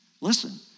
Listen